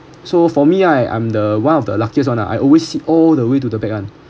so for me I I'm the one of the luckiest one I always sit all the way to the back [one]